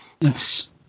Yes